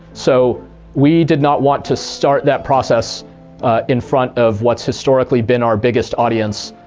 so we did not want to start that process in front of what's historically been our biggest audience,